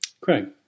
Craig